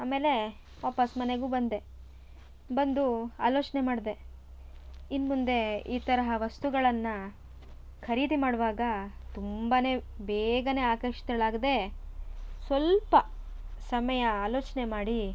ಆಮೇಲೆ ವಾಪಾಸ್ ಮನೆಗೂ ಬಂದೆ ಬಂದು ಆಲೋಚನೆ ಮಾಡಿದೆ ಇನ್ನು ಮುಂದೆ ಈ ತರಹ ವಸ್ತುಗಳನ್ನು ಖರೀದಿ ಮಾಡುವಾಗ ತುಂಬ ಬೇಗನೇ ಆಕರ್ಷಿತಳಾಗದೆ ಸ್ವಲ್ಪ ಸಮಯ ಆಲೋಚನೆ ಮಾಡಿ